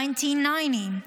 1990,